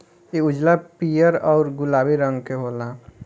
इ उजला, पीयर औरु गुलाबी रंग के होला